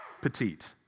petite